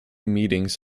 meetings